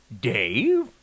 Dave